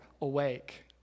awake